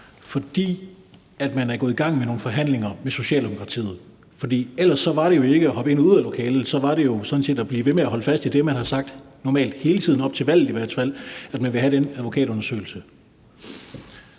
fordi man er gået i gang med nogle forhandlinger med Socialdemokratiet. For ellers var det jo ikke at hoppe ind og ud af lokalet. Så var det jo sådan set at blive ved med at holde fast i det, man normalt har sagt hele tiden – op til valget i hvert fald – nemlig at man ville have den advokatundersøgelse.